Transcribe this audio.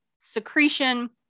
secretion